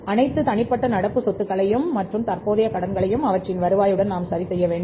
அனைத்து தனிப்பட்ட நடப்பு சொத்துக்கள் மற்றும் தற்போதைய கடன்களை அவற்றின் வருவாயுடன் நாம் சரிசெய்ய வேண்டும்